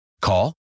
Call